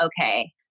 okay